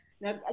Now